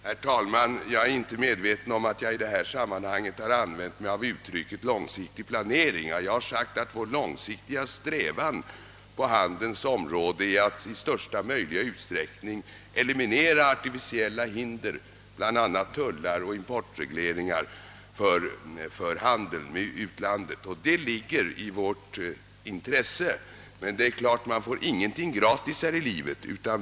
Herr talman! Jag är inte medveten om att jag i detta sammanhang använde uttrycket långsiktig planering. Jag har sagt att »vår långsiktiga strävan» på handelns område är att i största möjliga utsträckning eliminera artificiella hinder, bl.a. tullar och importregleringar, för handeln med utlandet, och det ligger i vårt intresse. Men man får givetvis ingenting gratis här i livet.